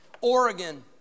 Oregon